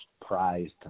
prized